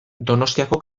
donostiako